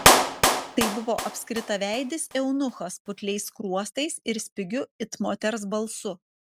tai buvo apskritaveidis eunuchas putliais skruostais ir spigiu it moters balsu